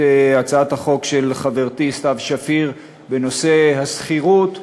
הצעת החוק של חברתי סתיו שפיר בנושא השכירות,